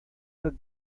are